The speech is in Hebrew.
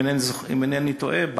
אם אינני טועה,